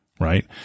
Right